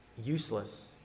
useless